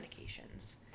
medications